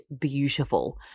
beautiful